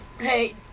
Hey